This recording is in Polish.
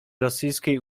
rosyjskiej